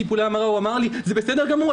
טיפולי ההמרה הוא אמר לי: זה בסדר גמור,